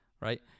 right